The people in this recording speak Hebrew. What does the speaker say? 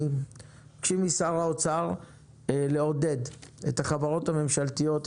מבקשים משר האוצר לעודד את החברות הממשלתיות,